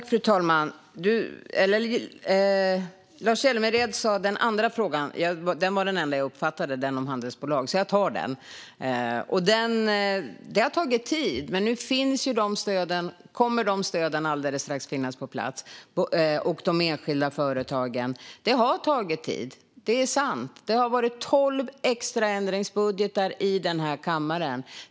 Fru talman! Lars Hjälmered sa "den andra frågan". Den om handelsbolag var dock den enda jag uppfattade, så jag tar den. Det har tagit tid, men nu kommer ju dessa stöd alldeles strax att finnas på plats. När det gäller de enskilda företagen har det tagit tid; det är sant. Det har varit tolv extra ändringsbudgetar i denna kammare.